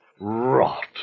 Rot